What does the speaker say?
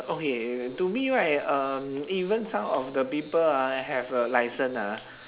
okay to me right um even some of the people ah have a licence ah